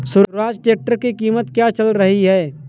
Swaraj tractor की कीमत क्या चल रही है?